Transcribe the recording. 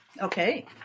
Okay